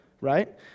right